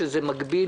שזה מקביל,